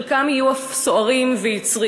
חלקם יהיו אף סוערים ויצריים,